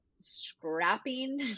scrapping